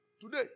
Today